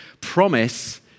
promise